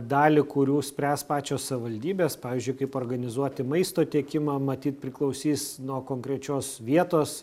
dalį kurių spręs pačios savivaldybės pavyzdžiui kaip organizuoti maisto tiekimą matyt priklausys nuo konkrečios vietos